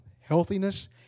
healthiness